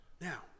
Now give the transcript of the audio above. Now